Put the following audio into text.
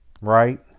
Right